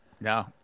No